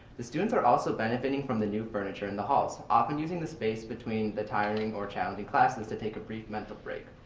the students are also benefiting from the new furniture in the halls. often using the space between the tiring or challenging classes to take a brief mental break.